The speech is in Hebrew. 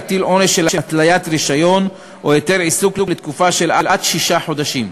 להטיל עונש של התליית רישיון או היתר עיסוק לתקופה של עד שישה חודשים.